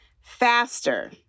faster